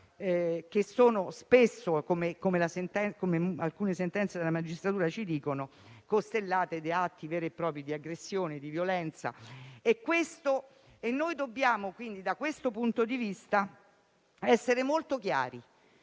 che sono spesso, come alcune sentenze della magistratura ci dicono, costellate da atti veri e propri di aggressione e di violenza. Su questo dobbiamo essere molto chiari,